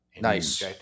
Nice